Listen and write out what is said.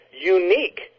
unique